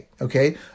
Okay